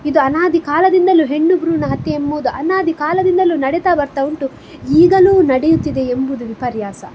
ಇದು ಅನಾದಿಕಾಲದಿಂದಲೂ ಹೆಣ್ಣು ಭ್ರೂಣ ಹತ್ಯೆ ಎಂಬುವುದು ಅನಾದಿಕಾಲದಿಂದಲೂ ನಡೀತಾ ಬರ್ತಾ ಉಂಟು ಈಗಲೂ ನಡೆಯುತ್ತಿದೆ ಎಂಬುದು ವಿಪರ್ಯಾಸ